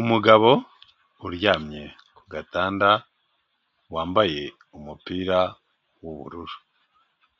Umugabo uryamye ku gatanda wambaye umupira w'ubururu,